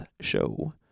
show